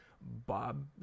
Bob